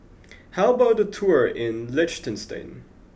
how about a tour in Liechtenstein